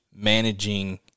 Managing